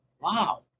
wow